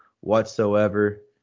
whatsoever